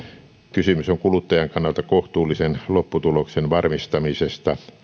kysymys on kuluttajan kannalta kohtuullisen lopputuloksen varmistamisesta